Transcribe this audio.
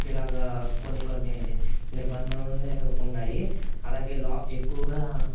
ఇలాగా కొన్ని కొన్ని నిబంధనలు ఉన్నాయి అలాగే లా ఎక్కువగా